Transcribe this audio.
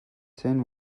zehn